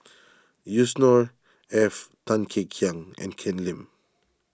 Yusnor Ef Tan Kek Hiang and Ken Lim